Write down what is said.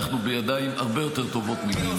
אנחנו בידיים הרבה יותר טובות ממני,